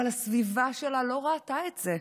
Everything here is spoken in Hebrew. אבל הסביבה שלה לא ראתה את זה.